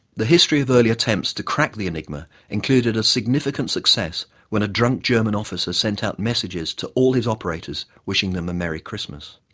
the history of early attempts to crack the enigma included a significant success when a drunk german officer sent out messages to all his operators wishing them a merry christmas.